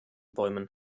bäumen